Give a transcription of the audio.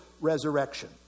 resurrection